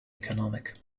economic